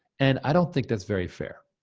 and i don't think that's very fair.